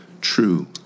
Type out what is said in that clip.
true